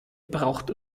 braucht